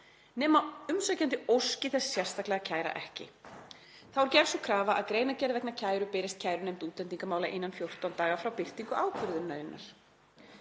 nema umsækjandi óski þess sérstaklega að kæra ekki. Þá er gerð sú krafa að greinargerð vegna kæru berist kærunefnd útlendingamála innan 14 daga frá birtingu ákvörðunarinnar.“